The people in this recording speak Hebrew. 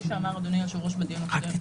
כפי שאמר אדוני היושב-ראש בדיון הקודם,